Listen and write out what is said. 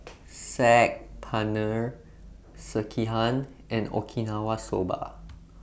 Saag Paneer Sekihan and Okinawa Soba